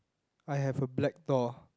I have a black doll